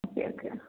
okay okay